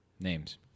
names